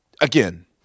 again